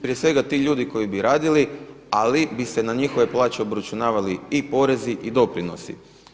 Prije svega ti ljudi koji bi radili ali bi se na njihove plaće obračunavali i porezi i doprinosi.